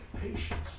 patience